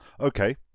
okay